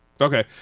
Okay